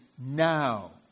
now